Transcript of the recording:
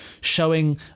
showing